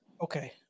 Okay